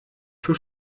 für